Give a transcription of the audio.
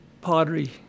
pottery